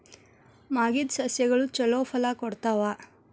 ಮಾಗಿದ್ ಸಸ್ಯಗಳು ಛಲೋ ಫಲ ಕೊಡ್ತಾವಾ?